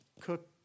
cook